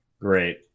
Great